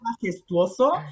majestuoso